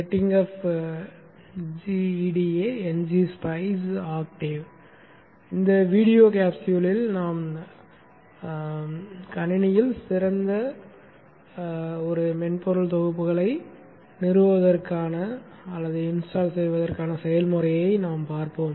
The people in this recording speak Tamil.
setting up gEDA ngSpice Octave இந்த வீடியோ கேப்ஸ்யூலில் நம் கணினியில் திறந்த மூல மென்பொருள் தொகுப்புகளை நிறுவுவதற்கான நிறுவல் செயல்முறையை நாம் பார்ப்போம்